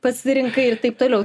pasirinkai ir taip toliau